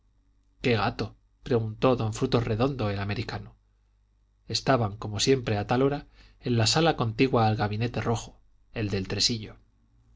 gato preguntó don frutos redondo el americano estaban como siempre a tal hora en la sala contigua al gabinete rojo el del tresillo